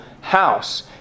house